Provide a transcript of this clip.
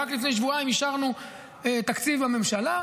רק לפני שבועיים אישרנו את תקציב הממשלה.